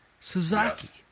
Suzaki